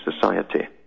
society